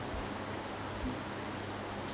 mm